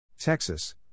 Texas